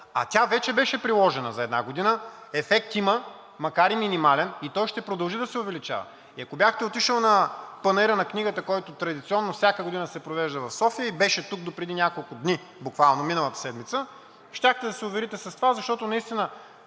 а тя вече беше приложена за една година. Ефект има, макар и минимален, и той ще продължи да се увеличава и ако бяхте отишли на Панаира на книгата, който традиционно всяка година се провежда в София и беше тук до преди няколко дни, буквално миналата седмица, щяхте да се уверите в това, защото наистина